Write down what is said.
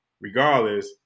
regardless